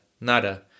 Nada